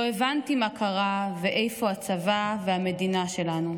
לא הבנתי מה קרה ואיפה הצבא והמדינה שלנו.